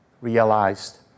realized